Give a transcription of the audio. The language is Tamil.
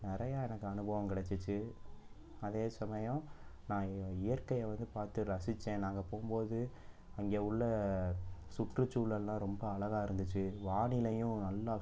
நிறையா எனக்கு அனுபவம் கிடச்சிச்சு அதே சமயம் நான் இயற்கையை வந்து பாத்து ரசித்தேன் நாங்கள் போகும்போது அங்கே உள்ள சுற்றுசூழலெலாம் ரொம்ப அழகாக இருந்துச்சு வானிலையும் நல்ல